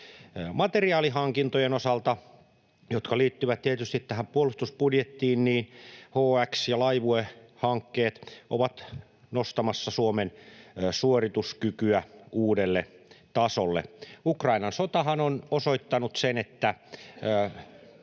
Materiaalihankintojen osalta, jotka liittyvät tietysti tähän puolustusbudjettiin, HX‑ ja Laivue-hankkeet ovat nostamassa Suomen suorituskykyä uudelle tasolle. Ukrainan sotahan on osoittanut sen, että